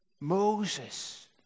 Moses